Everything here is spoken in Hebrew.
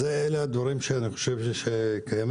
אלה הדברים שאני חושב שקיימים.